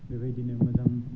बेबायदिनो मोजां